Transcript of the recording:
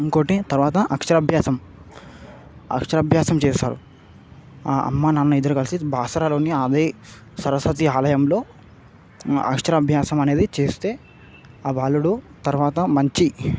ఇంకొకటి తర్వాత అక్షరాభ్యాసం అక్షరాభ్యాసం చేస్తారు ఆ అమ్మ నాన్న ఇద్దరు కలిసి బాసరలోని అదే సరస్వతి ఆలయంలో అక్షరాభ్యాసం అనేది చేస్తే ఆ బాలుడు తర్వాత మంచి